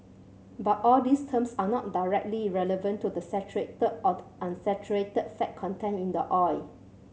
but all these terms are not directly relevant to the saturated or unsaturated fat content in the oil